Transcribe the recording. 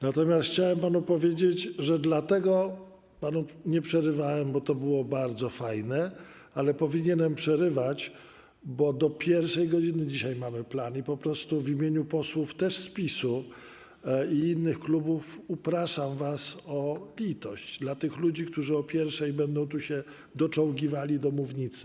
Natomiast chciałem panu powiedzieć, że dlatego panu nie przerywałem, bo to było bardzo fajne, ale powinienem przerywać, bo do godz. 1 dzisiaj mamy plan i w imieniu posłów z PiS i z innych klubów upraszam was o litość dla tych ludzi, którzy o pierwszej będą się doczołgiwali do mównicy.